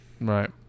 Right